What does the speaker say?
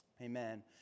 amen